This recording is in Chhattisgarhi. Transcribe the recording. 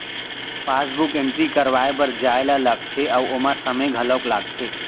पासबुक एंटरी करवाए बर जाए ल लागथे अउ ओमा समे घलौक लागथे